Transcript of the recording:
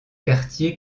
quartier